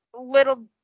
little